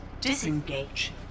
disengage